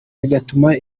bigatuma